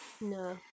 No